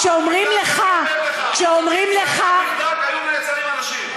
כשאומרים לך, אם זה היה נבדק היו נעצרים אנשים.